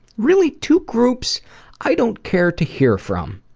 really two groups i don't care to hear from,